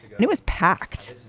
and it was packed.